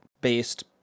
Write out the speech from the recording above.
based